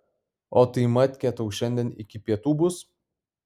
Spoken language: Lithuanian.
o tai matkė tau šiandien iki pietų bus